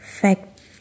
fact